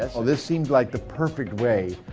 ah well this seemed like the perfect way